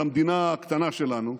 על המדינה הקטנה שלנו,